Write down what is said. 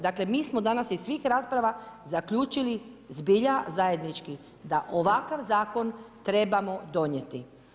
Dakle, mi smo danas iz svih rasprava zaključili zbilja zajednički da ovakav zakon trebamo donijeti.